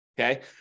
Okay